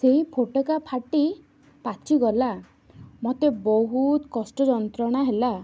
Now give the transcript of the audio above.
ସେହି ଫୋଟକା ଫାଟି ପାଚିଗଲା ମତେ ବହୁତ କଷ୍ଟ ଯନ୍ତ୍ରଣା ହେଲା